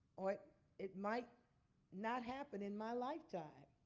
or it might not happen in my lifetime,